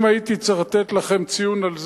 אם הייתי צריך לתת לכם ציון על זה,